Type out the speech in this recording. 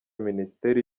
minisiteri